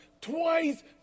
twice